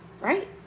right